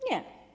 Nie.